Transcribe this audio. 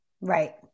Right